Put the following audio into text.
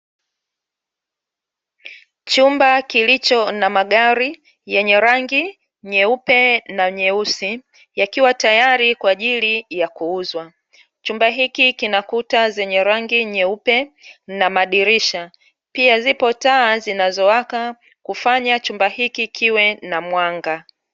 Chumba kilicho na magari yenye rangi nyeupe na nyeusi, yakiwa tayari kwa ajili ya kuuzwa. Chumba hiki kinakuta zenye rangi nyeupe na madirisha, pia zipo taa zinazowaka kufanya chumba hiki kiwe na mwanga.